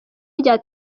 rya